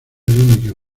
único